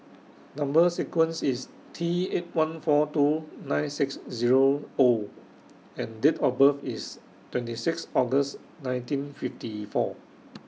Number sequence IS T eight one four two nine six Zero O and Date of birth IS twenty six August nineteen fifty four